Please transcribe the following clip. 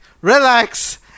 relax